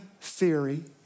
theory